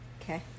Okay